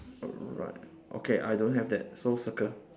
alright okay I don't have that so circle